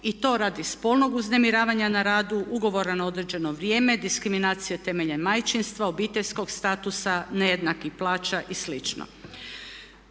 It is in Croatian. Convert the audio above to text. i to radi spolnog uznemiravanja na radu, ugovora na određeno vrijeme, diskriminacije temeljem majčinstva, obiteljskog statusa, nejednakih plaća i